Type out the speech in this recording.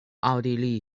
奥地利